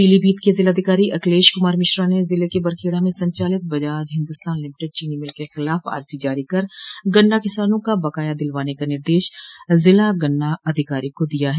पीलीभीत के जिलाधिकारी अखिलेश कुमार मिश्रा ने ज़िले क बरखेड़ा में संचालित बजाज हिन्दुस्तान लिमिटेड चीनी मिल के ख़िलाफ़ आरस़ी जारी कर गन्ना किसानों का बक़ाया दिलवाने का निर्देश ज़िला गन्ना अधिकारी को दिया है